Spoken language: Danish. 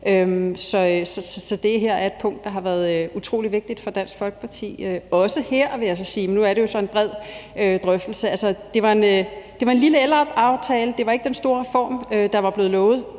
Så det her er et punkt, der har været utrolig vigtigt for Dansk Folkeparti, også her, vil jeg så sige, men nu er det jo så en bred drøftelse. Det var en lille ældreaftale. Det var ikke den store reform, der var blevet lovet.